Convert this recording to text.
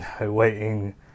waiting